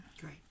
Great